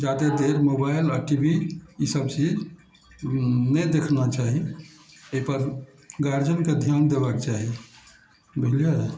जादे देर मोबाइल आ टी वी ई सब चीज नहि देखबा चाही एहि पर गार्जियनके ध्यान देबऽके चाही बुझलियै